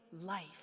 life